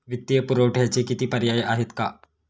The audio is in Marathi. वित्तीय पुरवठ्याचे किती पर्याय आहेत का?